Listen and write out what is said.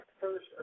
first